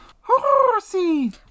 Horsey